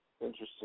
Interesting